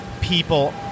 people